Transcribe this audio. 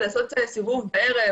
לעשות סיבוב בערב,